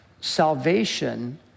salvation